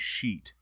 sheet